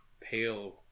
pale